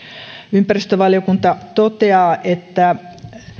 ympäristövaliokunta toteaa että